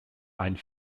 einen